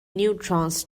neutrons